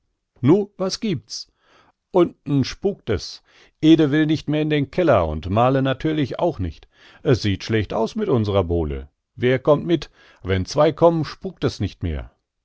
nu was giebt's unten spukt es ede will nicht mehr in den keller und male natürlich auch nicht es sieht schlecht aus mit unsrer bowle wer kommt mit wenn zwei kommen spukt es nicht mehr